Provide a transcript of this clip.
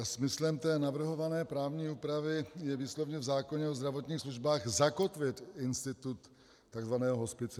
Smyslem navrhované právní úpravy je výslovně v zákoně o zdravotních službách zakotvit institut takzvaného hospice.